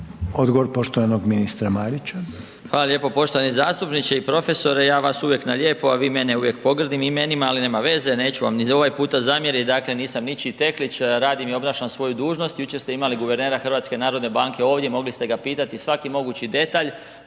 Odgovor poštovanog ministra Marića. **Marić, Zdravko** Hvala lijepo poštovani zastupniče i profesore, ja vas uvijek na lijepo, a vi mene uvijek pogrdnim imenima, ali nema veze, neću vam ni ovaj puta zamjerit, dakle nisam ničiji teklić, radim i obnašam svoju dužnost, jučer ste imali guvernera HNB-a ovdje mogli ste ga pitati svaki mogući detalj